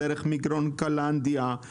דרך מגרון קלנדיה,